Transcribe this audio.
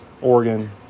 Oregon